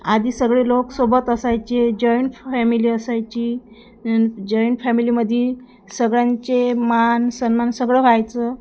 आधी सगळे लोक सोबत असायचे जॉईंट फॅमिली असायची जॉईंट फॅमिलीमध्ये सगळ्यांचे मान सन्मान सगळं व्हायचं